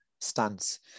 stance